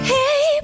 Hey